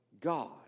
God